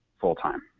full-time